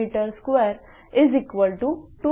7210 4m22